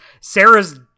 sarah's